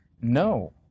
No